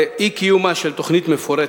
אי-קיומה של תוכנית מפורטת,